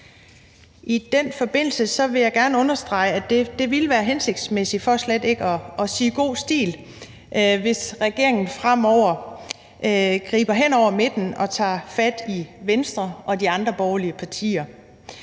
I den forbindelse vil jeg gerne understrege, at det vil være hensigtsmæssigt for slet ikke at sige god stil, hvis regeringen fremover griber hen over midten og tager fat i Venstre og de andre borgerlige partier